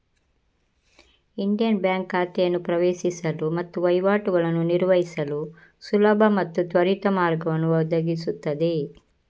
Indian bank ಖಾತೆಯನ್ನು ಪ್ರವೇಶಿಸಲು ಮತ್ತು ವಹಿವಾಟುಗಳನ್ನು ನಿರ್ವಹಿಸಲು ಸುಲಭ ಮತ್ತು ತ್ವರಿತ ಮಾರ್ಗವನ್ನು ಒದಗಿಸುತ್ತದೆ